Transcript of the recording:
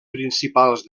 principals